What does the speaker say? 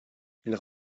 ils